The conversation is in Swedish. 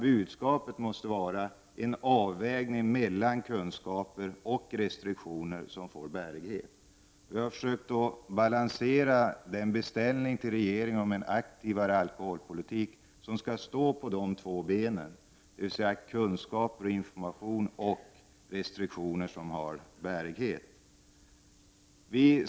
Budskapet måste vara att en avvägning görs mellan kunskaper och restriktioner som får bärighet. Vi har försökt balansera riksdagens beställning till regeringen om en aktivare alkoholpolitik som så att säga skall stå på dessa ben, dvs. kunskap, information och restriktioner som har bärighet.